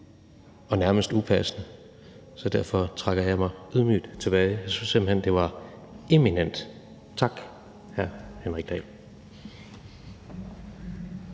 og nærmest upassende, så derfor trækker jeg mig ydmygt tilbage. Jeg synes simpelt hen, det var eminent. Tak, hr. Henrik Dahl.